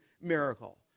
miracle